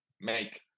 make